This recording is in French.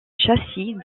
châssis